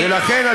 ולכן,